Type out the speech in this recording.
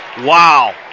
Wow